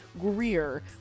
Greer